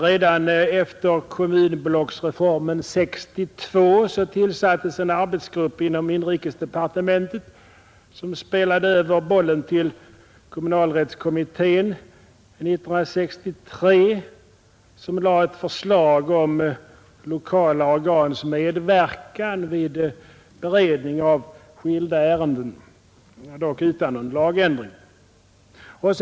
Redan efter kommunblocksreformen 1962 tillsattes inom inrikesdepartementet en arbetsgrupp, som spelade över bollen till kommunalrättskommittén 1963, och denna kommitté framlade ett förslag om lokala organs medverkan vid beredning av skilda ärenden, dock utan någon lagändring.